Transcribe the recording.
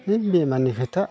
बे बेमारनि खोथा